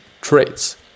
traits